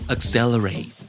Accelerate